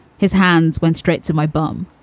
his hands went straight to my bum.